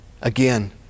Again